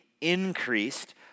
increased